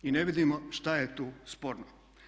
I ne vidimo šta je tu sporno.